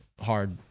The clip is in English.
hard